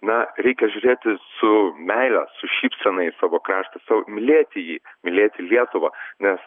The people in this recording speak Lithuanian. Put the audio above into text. na reikia žiūrėti su meile su šypsena į savo kraštą savo mylėti jį mylėti lietuvą nes